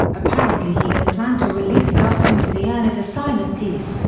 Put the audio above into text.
apparently he had planned to release doves into the air as a sign of peace,